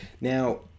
Now